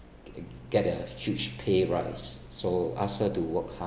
get a huge pay rise so ask her to work hard